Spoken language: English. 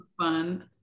Fun